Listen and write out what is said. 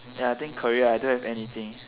ya I think career I don't have anything